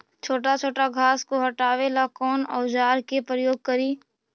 छोटा छोटा घास को हटाबे ला कौन औजार के प्रयोग करि?